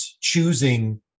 choosing